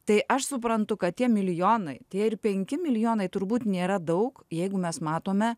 tai aš suprantu kad tie milijonai tie ir penki milijonai turbūt nėra daug jeigu mes matome